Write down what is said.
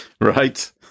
right